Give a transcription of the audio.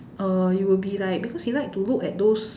err you will be like because he like to look at those